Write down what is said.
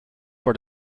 for